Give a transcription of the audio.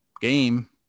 game